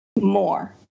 more